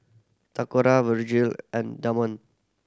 Toccara Vergil and Damon